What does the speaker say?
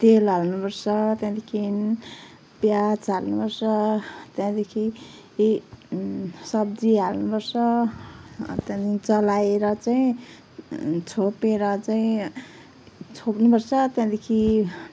तेल हाल्नु पर्छ त्यहाँदेखि प्याज हाल्नुपर्छ त्यहाँदेखि सब्जी हाल्नु पर्छ त्यहाँदेखि चलाएर चाहिँ छोपेर चाहिँ छोप्नु पर्छ त्यहाँदेखि